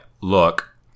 look